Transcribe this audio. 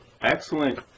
excellent